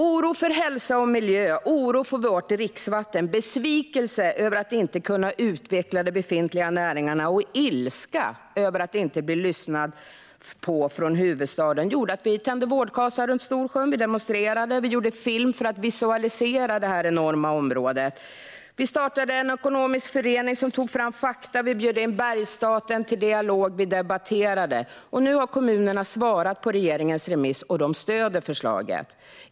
Oro för hälsa och miljö, oro för vårt dricksvatten, besvikelse över att inte kunna utveckla de befintliga näringarna och ilska över att inte bli lyssnad på från huvudstaden gjorde att vi tände vårdkasar runt Storsjön, demonstrerade, gjorde film för att visualisera det enorma området, startade en ekonomisk förening som tog fram fakta, bjöd in Bergsstaten till dialog och debatterade. Nu har kommunerna svarat på regeringens remiss, och de stöder förslaget.